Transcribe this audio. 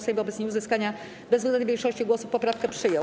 Sejm wobec nieuzyskania bezwzględnej większości głosów poprawkę przyjął.